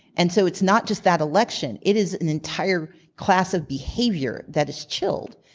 and so, it's not just that election. it is an entire class of behavior that is chilled.